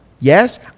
Yes